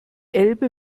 elbe